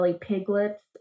piglets